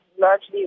largely